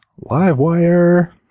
Livewire